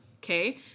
okay